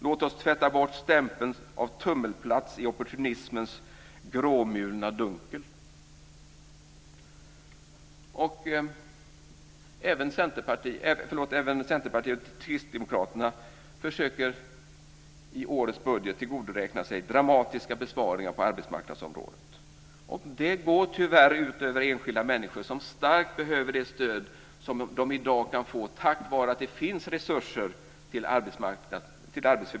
Låt oss tvätta bort stämpeln av tummelplats i opportunismens gråmulna dunkel. Även Centerpartiet och Kristdemokraterna försöker i årets budgetförlsag tillgodoräkna sig dramatiska besparingar på arbetsmarknadsområdet.